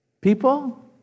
people